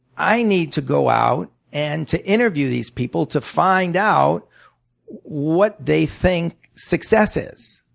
i need to go out and to interview these people to find out what they think success is.